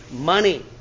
Money